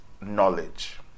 knowledge